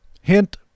Hint